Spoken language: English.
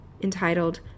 entitled